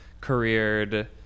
careered